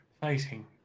fighting